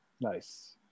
Nice